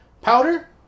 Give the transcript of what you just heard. powder